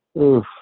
Oof